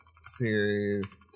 series